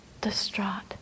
distraught